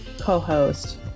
co-host